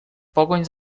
pogoń